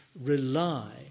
rely